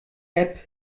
app